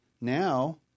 now